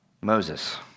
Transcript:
Moses